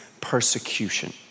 persecution